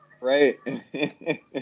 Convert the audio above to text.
Right